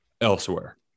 elsewhere